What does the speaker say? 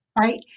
right